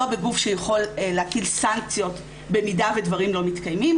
לא בגוף שיכול להטיל סנקציות במידה ודברים לא מתקיימים,